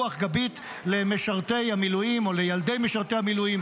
רוח גבית למשרתי המילואים או לילדי משרתי המילואים,